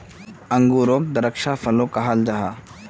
अन्गूरोक द्राक्षा फलो कहाल जाहा